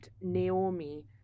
Naomi